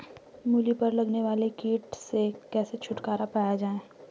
मूली पर लगने वाले कीट से कैसे छुटकारा पाया जाये?